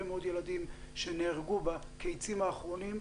מאוד ילדים שנהרגו בקייצים האחרונים,